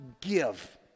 give